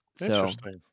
Interesting